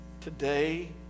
Today